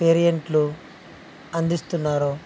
వేరియంట్లు అందిస్తున్నారో